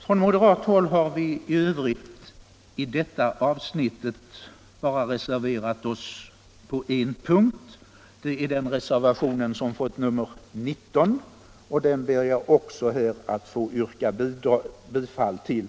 Från moderat håll har vi i övrigt i detta avsnitt bara reserverat oss på en punkt. Reservationen har fått nr 19, och den ber jag också att få yrka bifall till.